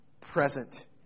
present